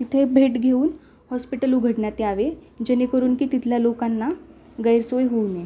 तिथे भेट घेऊन हॉस्पिटल उघडण्यात यावे जेणेकरून की तिथल्या लोकांना गैरसोय होऊ नये